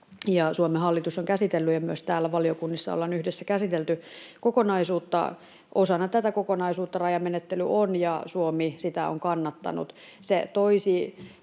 Suomen hallitus on käsitellyt ja myös täällä valiokunnissa ollaan yhdessä käsitelty. Osana tätä kokonaisuutta rajamenettely on, ja Suomi sitä on kannattanut.